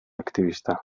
aktibista